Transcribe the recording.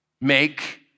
make